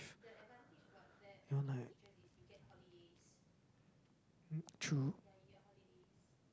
you're like~ true